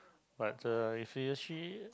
but the if he actually